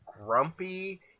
grumpy